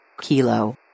Kilo